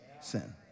sin